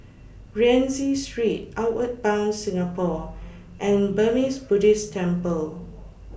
Rienzi Street Outward Bound Singapore and Burmese Buddhist Temple